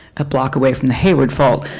a block away from the hayward fault.